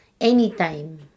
Anytime